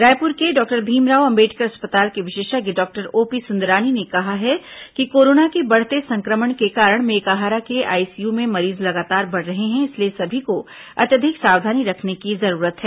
रायपुर के डॉक्टर भीमराव अंबेडकर अस्पताल के विशेषज्ञ डॉक्टर ओपी सुंदरानी ने कहा है कि कोरोना के बढ़ते संक्रमण के कारण मेकाहारा के आईसीयू में मरीज लगातार बढ़ रहे हैं इसलिए सभी को अत्यधिक सावधानी रखने की जरूरत है